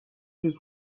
چیز